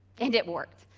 and it worked.